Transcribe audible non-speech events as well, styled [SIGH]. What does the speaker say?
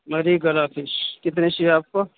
[UNINTELLIGIBLE] کتنے چاہیے آپ کو